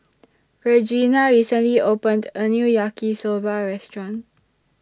Regena recently opened A New Yaki Soba Restaurant